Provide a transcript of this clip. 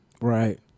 Right